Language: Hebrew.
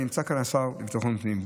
נמצא כאן השר לביטחון פנים,